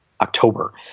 October